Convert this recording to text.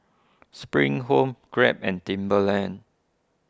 Spring Home Grab and Timberland